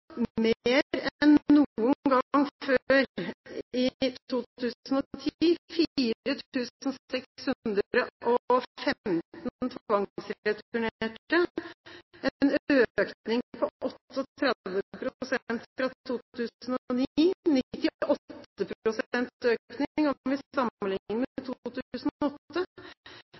mer enn noen gang før i 2010, 4 615 tvangsreturnerte – en økning på 38 pst. fra 2009 og 98 pst. økning om vi sammenlikner med 2008.